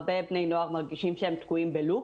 הרבה בני נוער מרגישים שהם תקועים בלופ,